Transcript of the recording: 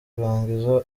kurangiza